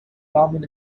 common